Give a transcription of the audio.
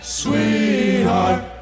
sweetheart